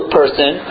person